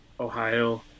Ohio